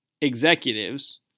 executives